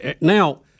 Now